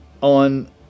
on